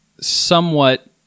somewhat